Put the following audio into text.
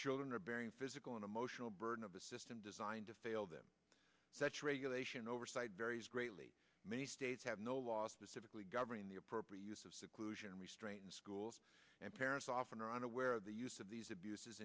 children are bearing physical and emotional burden of a system designed to fail them such regulation oversight varies greatly many states have no law specifically governing the appropriate use of seclusion restraint in schools and parents often are unaware of the use of these abuses